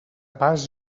pas